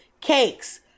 cakes